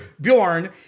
Bjorn